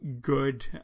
good